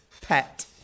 pet